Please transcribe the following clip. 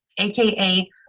Aka